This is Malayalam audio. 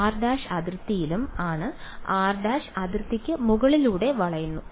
r′ അതിർത്തിയിലും ആണ് r′ അതിർത്തിക്ക് മുകളിലൂടെ വളയുന്നു